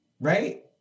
Right